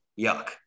Yuck